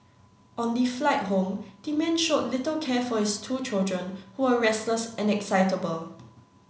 on the flight home the man showed little care for his two children who were restless and excitable